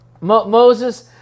Moses